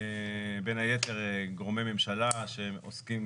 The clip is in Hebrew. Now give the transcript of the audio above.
בין היתר גורמי ממשלה שעוסקים